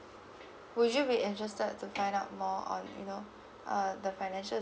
would you be interested to find out more on you know uh the financial